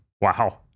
wow